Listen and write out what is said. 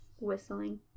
Whistling